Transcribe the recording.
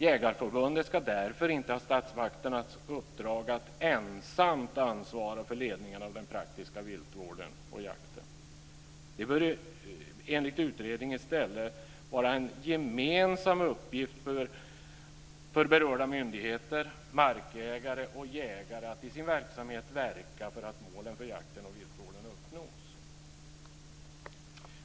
Jägareförbundet ska därför inte ha statsmakternas uppdrag att ensamt ansvara för ledningen av den praktiska viltvården och jakten. Det bör enligt utredningen i stället vara en gemensam uppgift för berörda myndigheter, markägare och jägare att i sin verksamhet verka för att målen för jakten och viltvården uppnås.